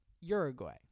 Uruguay